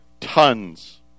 tons